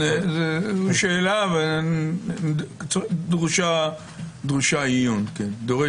שאלה שדורשת עיון.